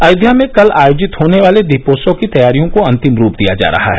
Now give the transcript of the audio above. अयोध्या में कल आयोजित होने वाले दीपोत्सव की तैयारियों को अन्तिम रूप दिया जा रहा है